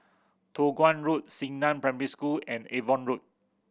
Toh Guan Road Xingnan Primary School and Avon Road